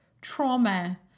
trauma